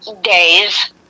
days